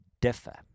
differ